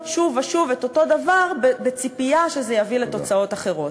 שוב ושוב את אותו דבר בציפייה שזה יביא לתוצאות אחרות.